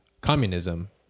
communism